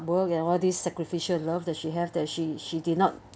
work and all these sacrificial love that she have that she she did not